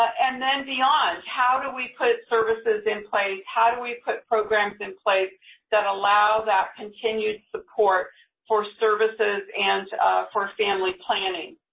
and then beyond, how do we put services in place, how do we put programs in place that allow that continued support for services and for family-planning.